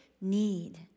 need